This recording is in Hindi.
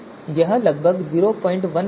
यह लगभग 019 है